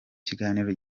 kiganiro